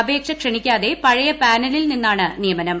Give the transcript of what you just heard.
അപേക്ഷ ക്ഷണിക്കാതെ പഴയ പാനലിൽ നിന്നാണ് നിയമനം